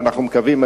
ואנחנו מקווים,